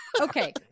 Okay